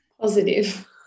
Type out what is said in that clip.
Positive